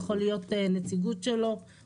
הוא יכול להיות נציגות שלו,